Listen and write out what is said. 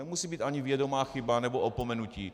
To nemusí být ani vědomá chyba nebo opomenutí.